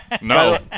No